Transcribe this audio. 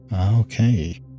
Okay